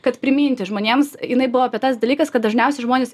kad priminti žmonėms jinai buvo apie tas dalykas kad dažniausiai žmonės